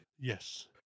Yes